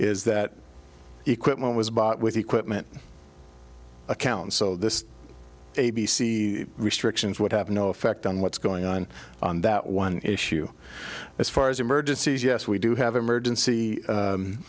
is that equipment was bought with equipment account so this a b c restrictions would have no effect on what's going on on that one issue as far as emergencies yes we do have emergency